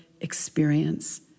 experience